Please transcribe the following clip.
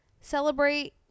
celebrate